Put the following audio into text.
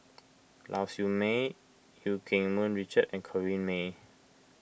Lau Siew Mei Eu Keng Mun Richard and Corrinne May